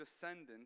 descendant